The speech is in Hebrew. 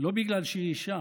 לא בגלל שהיא אישה